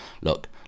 look